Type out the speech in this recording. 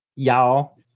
y'all